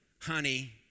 honey